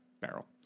barrel